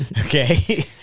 Okay